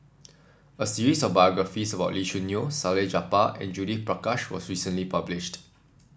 a series of biographies about Lee Choo Neo Salleh Japar and Judith Prakash was recently published